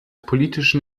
politischen